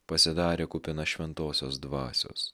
pasidarė kupina šventosios dvasios